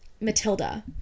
Matilda